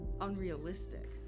unrealistic